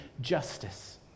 justice